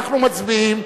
אנחנו מצביעים,